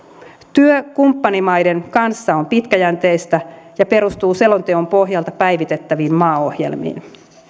työ kumppanimaiden kanssa on pitkäjänteistä ja perustuu selonteon pohjalta päivitettäviin maaohjelmiin